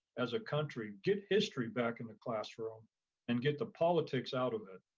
as a country, get history back in the classroom and get the politics out of it.